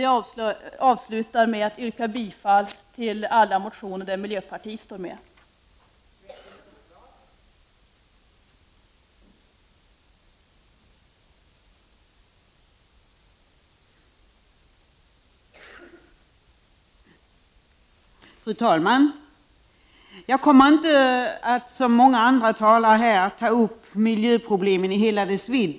Jag avslutar med att yrka bifall till alla motioner som är undertecknade av miljöpartister.